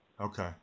Okay